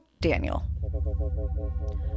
Daniel